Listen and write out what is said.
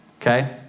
okay